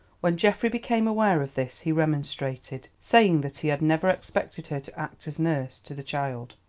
when geoffrey became aware of this he remonstrated, saying that he had never expected her to act as nurse to the child,